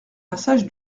passage